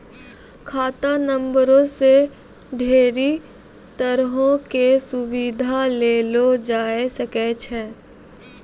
खाता नंबरो से ढेरी तरहो के सुविधा लेलो जाय सकै छै